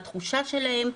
התחושה שלהם,